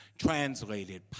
translated